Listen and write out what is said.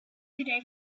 today